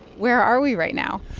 where are we right now?